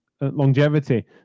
longevity